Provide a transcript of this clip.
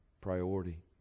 priority